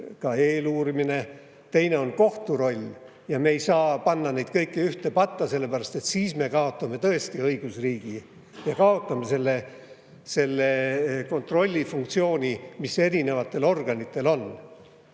ka eeluurimine – ja teine on kohtu roll. Me ei saa panna neid kõiki ühte patta, sellepärast et siis me kaotame tõesti õigusriigi ja kaotame kontrollifunktsiooni, mis erinevatel organitel on.